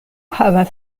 havas